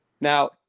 Now